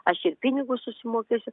aš ir pinigus susimokėsiu